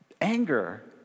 Anger